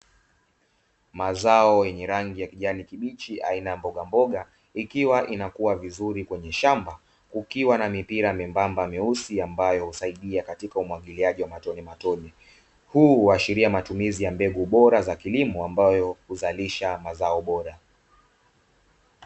Mazao yenye rangi ya kijani kibichi aina ya mbogamboga ikiwa inakua vizuri kwenye shamba kukiwa na mipira membamba meusi ambayo husaidia katika umwagiliaji wa matonematone. Huu huashiria matumizi bora ya mbegu bora za kilimo ambayo huzalisha mazao bora.